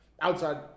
Outside